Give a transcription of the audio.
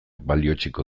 balioetsiko